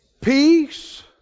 Peace